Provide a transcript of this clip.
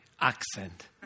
accent